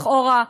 לכאורה.